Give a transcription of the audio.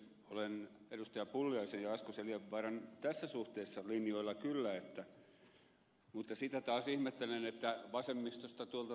olen edustajien pulliaisen ja asko seljavaaran kanssa tässä suhteessa linjoilla kyllä mutta sitä taas ihmettelen että tuolta vasemmistosta taas ed